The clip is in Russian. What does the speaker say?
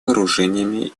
вооружениями